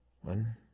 one